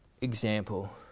example